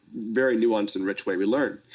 very nuanced and rich way we learn.